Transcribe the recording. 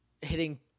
hitting